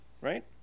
right